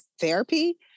therapy